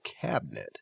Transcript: cabinet